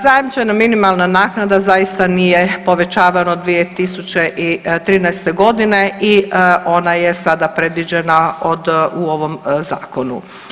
Zajamčena minimalna naknada zaista nije povećavana od 2013. godine i ona je sada predviđena u ovom Zakonu.